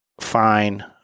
fine